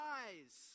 eyes